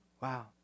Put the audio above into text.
Wow